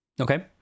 Okay